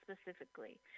specifically